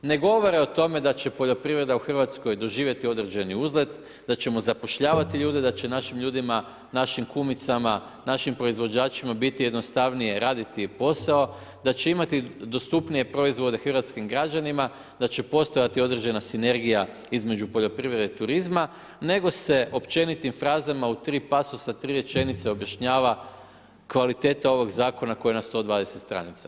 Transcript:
Ne govore o tome da će poljoprivreda u Hrvatskoj doživjeti određeni uzlet, da ćemo zapošljavati ljude, da će našim ljudima, našim kumicama našim proizvođačima biti jednostavnije raditi posao, da će imati dostupnije proizvode hrvatskim građanima, da će postojati određena sinergija između poljoprivrede i turizma, nego se općenitim frazama u tri pasosa, u tri rečenice objašnjava kvaliteta ovog zakona, koji je na 120 str.